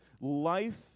Life